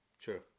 True